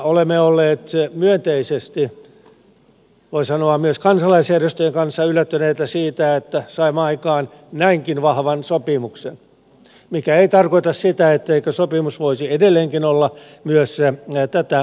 olemme olleet myönteisesti voi sanoa myös kansalaisjärjestöjen kanssa yllättyneitä siitä että saimme aikaan näinkin vahvan sopimuksen mikä ei tarkoita sitä etteikö sopimus voisi edelleenkin olla myös tätä vahvempi